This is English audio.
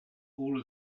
all